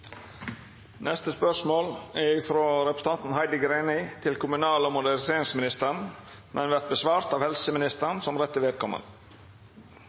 representanten Heidi Greni til kommunal- og moderniseringsministeren, vil verta svara på av helse- og omsorgsministeren som rette